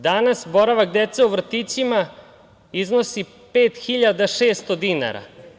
Danas boravak dece u vrtićima iznosi 5.600 dinara.